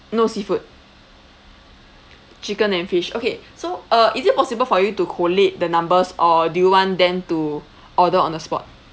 no seafood chicken and fish okay so uh is it possible for you to collate the numbers or do you want them to order on the spot